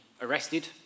arrested